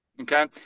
Okay